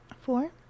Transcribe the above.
Four